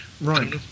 Right